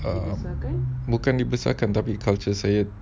um bukan dibesarkan tapi culture saya